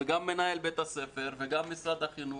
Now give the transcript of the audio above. גם מנהל בית הספר וגם משרד החינוך.